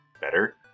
better